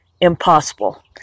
impossible